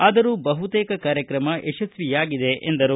ಆದರೂ ಬಹುತೇಕ ಕಾರ್ಯಕ್ರಮ ಯಶಸ್ವಿಯಾಗಿದೆ ಎಂದರು